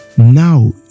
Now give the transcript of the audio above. now